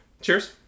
Cheers